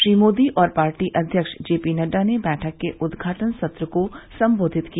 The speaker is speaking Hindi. श्री मोदी और पार्टी अध्यक्ष जेपी नड्डा ने बैठक के उद्घाटन सत्र को संबोधित किया